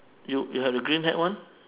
you you have the green hat [one]